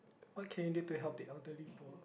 okay need to help the elderly poor